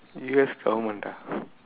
U_S government ah